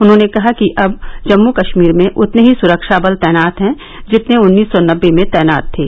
उन्होंने कहा कि अब जम्मू कश्मीर में उतने ही सुरक्षाबल तैनात हैं जितने उन्नीस सौ नबे में तैनात थे